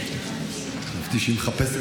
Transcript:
חשבתי שהיא מחפשת